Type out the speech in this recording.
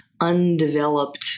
undeveloped